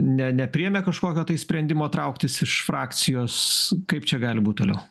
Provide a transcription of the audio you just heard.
ne nepriėmė kažkokio sprendimo trauktis iš frakcijos kaip čia gali būt toliau